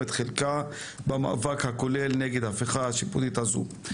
את חלקה במאבק הכולל נגד ההפיכה השיפוטית הזו.